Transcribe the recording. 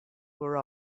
were